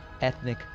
ethnic